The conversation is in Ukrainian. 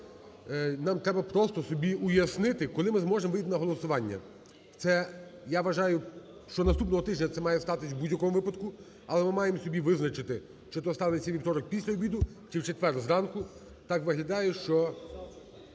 нам треба просто собі уяснити, коли ми зможемо вийти на голосування. Це, я вважаю, що наступного тижня це має статись в будь-якому випадку. Але ми маємо собі визначити, чи то станеться у вівторок після обіду, чи в четвер зранку. Так виглядає, що…